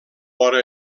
vora